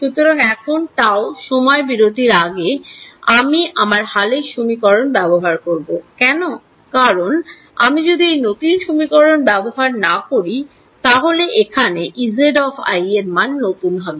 সুতরাং এখন tau সময় বিরতির আগে আমি আমার হালের সমীকরণ ব্যবহার করব কেন কারণ আমি যদি এই নতুন সমীকরণ ব্যাবহার না করি তাহলে এখানে Ez এর মান নতুন হবে